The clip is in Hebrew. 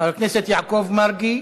חבר הכנסת יעקב מרגי,